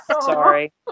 Sorry